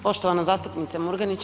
Poštovana zastupnice Murganić.